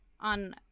on